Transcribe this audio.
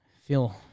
Feel